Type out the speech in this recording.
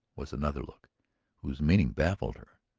was another look whose meaning baffled her.